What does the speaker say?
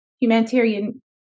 Humanitarian